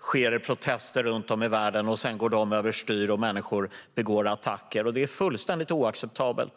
sker det protester runt om i världen, sedan går det överstyr och människor begår attacker. Det är fullständigt oacceptabelt!